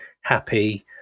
happy